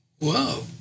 Whoa